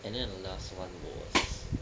and then the last [one] was